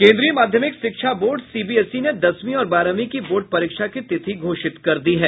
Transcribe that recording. केन्द्रीय माध्यमिक शिक्षा बोर्ड सीबीएसई ने दसवीं और बारहवीं की बोर्ड परीक्षा की तिथि घोषित कर दी है